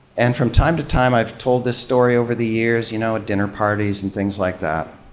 and from time to time i've told this story over the years, you know, at dinner parties and things like that.